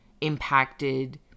impacted